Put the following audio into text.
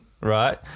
right